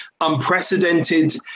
unprecedented